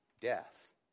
death